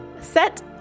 set